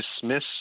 dismiss